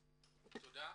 תודה.